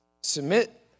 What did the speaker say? submit